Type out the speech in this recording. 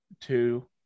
two